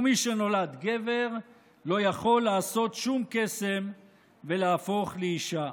ומי שנולד גבר לא יכול לעשות שום קסם ולהפוך לאישה,